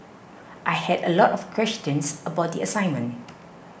I had a lot of questions about the assignment